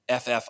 FF